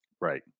Right